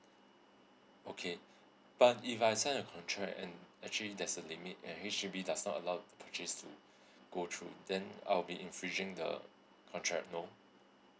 okay but if I sign a contract and actually there's a limit and H_D_B does not allow the purchase to go through then I'll be infringing the contract alone